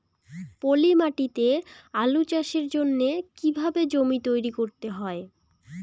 পলি মাটি তে আলু চাষের জন্যে কি কিভাবে জমি তৈরি করতে হয়?